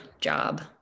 job